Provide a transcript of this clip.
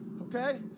Okay